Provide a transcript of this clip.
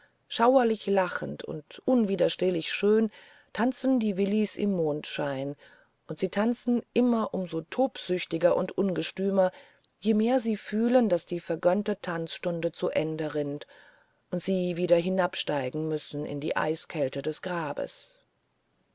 schauerlich lachend unwiderstehlich schön tanzen die willis im mondschein und sie tanzen immer um so tobsüchtiger und ungestümer je mehr sie fühlen daß die vergönnte tanzstunde zu ende rinnt und sie wieder hinabsteigen müssen in die eiskälte des grabes